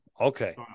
okay